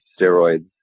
steroids